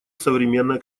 современное